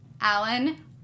Alan